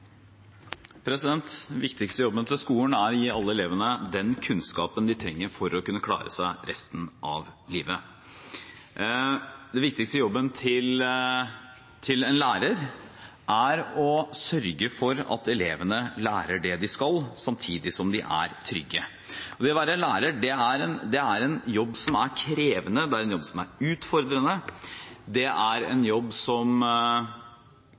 alle elevene den kunnskapen de trenger for å kunne klare seg resten av livet. Den viktigste jobben til en lærer er å sørge for at elevene lærer det de skal, samtidig som de er trygge. Det å være lærer er en krevende jobb, det er en jobb som er utfordrende, det er en jobb som rett og slett krever mye av deg, samtidig er det givende og spennende, hver dag er